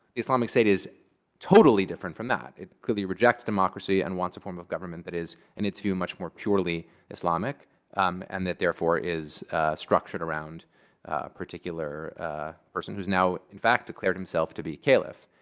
islamic state is totally different from that. it clearly rejects democracy and wants a form of government that is, in its view, much more purely islamic and that, therefore, is structured around a particular person who has now, in fact, declared himself to be caliph.